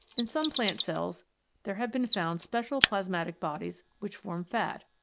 in some plant cells there have been found special plasmatic bodies which form fat,